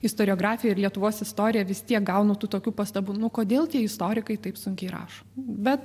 istoriografija ir lietuvos istorija vis tiek gaunu tų tokių pastabų nu kodėl tie istorikai taip sunkiai rašo bet